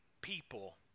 people